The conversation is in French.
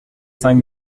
cinq